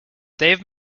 dave